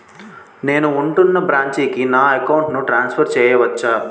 నేను ఉంటున్న బ్రాంచికి నా అకౌంట్ ను ట్రాన్సఫర్ చేయవచ్చా?